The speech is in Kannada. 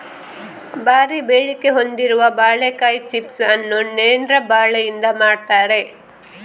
ಭಾರೀ ಬೇಡಿಕೆ ಹೊಂದಿರುವ ಬಾಳೆಕಾಯಿ ಚಿಪ್ಸ್ ಅನ್ನು ನೇಂದ್ರ ಬಾಳೆಕಾಯಿಯಿಂದ ಮಾಡ್ತಾರೆ